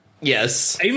Yes